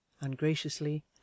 ungraciously